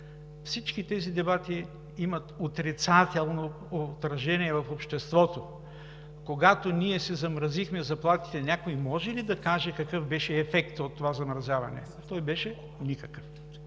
всички тези дебати имат отрицателно отражение в обществото. Когато си замразихме заплатите, някой може ли да каже какъв беше ефектът от това замразяване? Той беше никакъв.